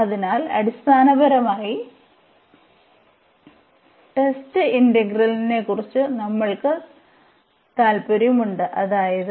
അതിനാൽ അടിസ്ഥാനപരമായി ടെസ്റ്റ് ഇന്റഗ്രലിനെക്കുറിച്ച് നമ്മൾക്ക് താൽപ്പര്യമുണ്ട് അതായത്